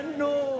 no